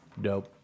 Dope